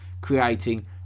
creating